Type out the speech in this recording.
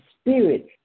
spirit